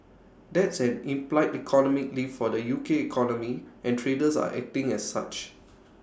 that's an implied economic lift for the U K economy and traders are acting as such